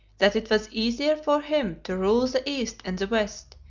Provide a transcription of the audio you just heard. that it was easier for him to rule the east and the west,